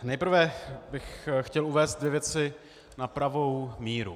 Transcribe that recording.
Nejprve bych chtěl uvést dvě věci na pravou míru.